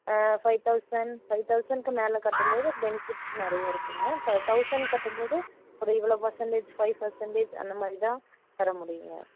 five thousand five தௌசண்ட்க்கு மேலே கட்டும்போது பெனிஃபிட்ஸ் நிறைய இருக்குங்க தௌ தௌசண்ட் கட்டும்போது ஒரு இவ்வளோ பர்சன்டேஜ் ஃபை ஃபர்சென்ட்டேஜ் அந்த மாதிரி தான் தர முடியும்ங்க